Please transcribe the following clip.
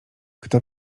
kto